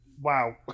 wow